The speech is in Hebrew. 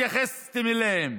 שלא התייחסתם אליהם.